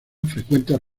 frecuentes